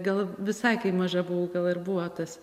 gal visai kai maža buvau gal ir buvo tas